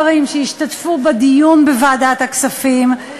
היא יכולה להתקזז אם היא רוצה, אנחנו אתך כאן.